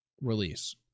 release